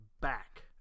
back